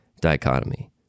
dichotomy